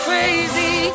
Crazy